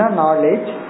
knowledge